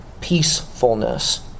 peacefulness